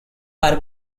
are